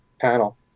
panel